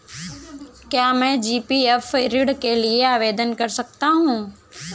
क्या मैं जी.पी.एफ ऋण के लिए आवेदन कर सकता हूँ?